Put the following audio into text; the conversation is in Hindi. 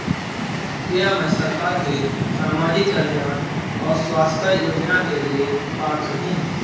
क्या मैं सरकार के सामाजिक कल्याण और स्वास्थ्य योजना के लिए पात्र हूं?